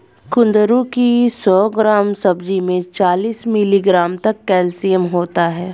कुंदरू की सौ ग्राम सब्जी में चालीस मिलीग्राम तक कैल्शियम होता है